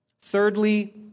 Thirdly